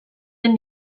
den